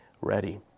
ready